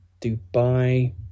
Dubai